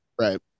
Right